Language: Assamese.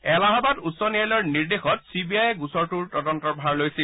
এলাহবাদ উচ্চ ন্যায়ালয়ৰ নিৰ্দেশত চি বি আইয়ে গোচৰটো তদন্তৰ ভাৰ লৈছে